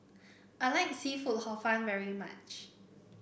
I like seafood Hor Fun very much